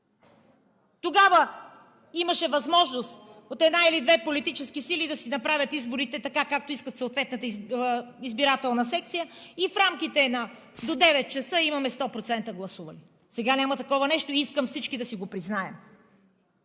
Тогава имаше възможност от една или две политически сили да си направят изборите, както иска съответната избирателна секция и в рамките на до 9,00 ч. имаме 100% гласували. Сега няма такова нещо и искам всички да си го признаем.